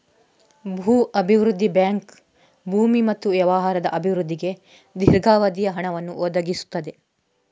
ಭೂ ಅಭಿವೃದ್ಧಿ ಬ್ಯಾಂಕ್ ಭೂಮಿ ಮತ್ತು ವ್ಯವಹಾರದ ಅಭಿವೃದ್ಧಿಗೆ ದೀರ್ಘಾವಧಿಯ ಹಣವನ್ನು ಒದಗಿಸುತ್ತದೆ